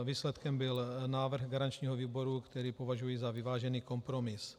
Výsledkem byl návrh garančního výboru, který považuji za vyvážený kompromis.